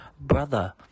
Brother